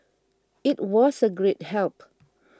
it was a great help